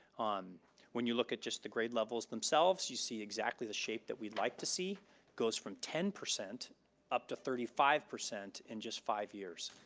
um when you look at just the grade levels themselves, you see exactly the shape that we'd like to see goes from ten percent up to thirty five, in and just five years.